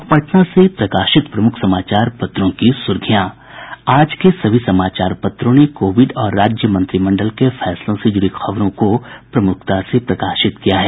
अब पटना से प्रकाशित प्रमुख समाचार पत्रों की सुर्खियां आज के सभी समाचार पत्रों ने कोविड और राज्य मंत्रिमंडल के फैसलों से जुड़ी खबरों को प्रमुखता से प्रकाशित किया है